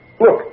Look